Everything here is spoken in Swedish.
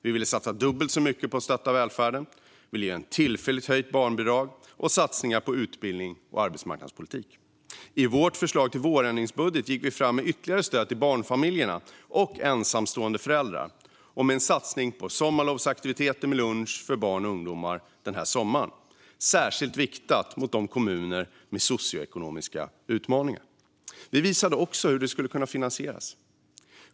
Vi ville satsa dubbelt så mycket på att stötta välfärden, ge ett tillfälligt höjt barnbidrag och satsa på utbildning och arbetsmarknadspolitik. I vårt förslag till vårändringsbudget gick vi fram med ytterligare stöd till barnfamiljer och ensamstående föräldrar samt en satsning på sommaraktiviteter med lunch för barn och ungdomar särskilt riktad till kommuner med socioekonomiska utmaningar. Vi visade också hur det skulle kunna finansieras.